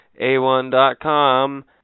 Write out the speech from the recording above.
A1.com